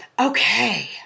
Okay